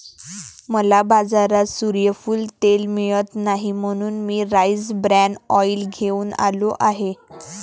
मला बाजारात सूर्यफूल तेल मिळत नाही म्हणून मी राईस ब्रॅन ऑइल घेऊन आलो आहे